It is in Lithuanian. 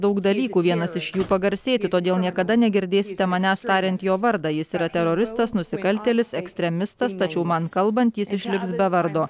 daug dalykų vienas iš jų pagarsėti todėl niekada negirdėsite manęs tariant jo vardą jis yra teroristas nusikaltėlis ekstremistas tačiau man kalbant jis išliks be vardo